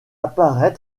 apparaît